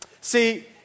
See